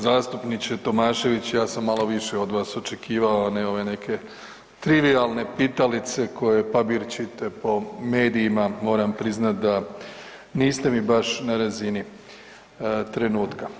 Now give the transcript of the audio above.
Zastupniče Tomašević ja sam malo više od vas očekivao, a ne ove neke trivijalne pitalice koje pabirčite po medijima moram priznat da niste mi baš na razini trenutka.